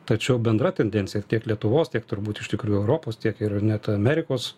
tačiau bendra tendencija tiek lietuvos tiek turbūt iš tikrųjų europos tiek ir net amerikos